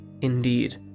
indeed